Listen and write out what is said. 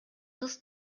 кыз